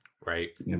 Right